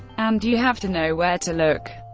and you have to know where to look.